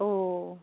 अ